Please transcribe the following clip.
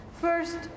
First